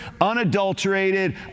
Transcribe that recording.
unadulterated